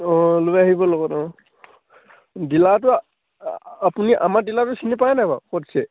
অঁ লৈ আহিব লগত অঁ ডিলাৰটো আপুনি আমাৰ ডিলাৰটো চিনি পায় নাই বাৰু ক'ত আছে